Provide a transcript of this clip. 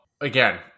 again